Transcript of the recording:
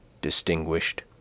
distinguished